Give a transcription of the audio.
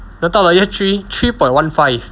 then 到了 year three three point one five